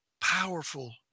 powerful